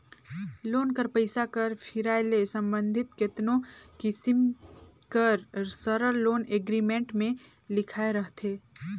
loan कर पइसा कर फिराए ले संबंधित केतनो किसिम कर सरल लोन एग्रीमेंट में लिखाए रहथे